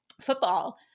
football